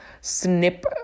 snip